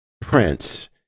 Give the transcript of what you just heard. Prince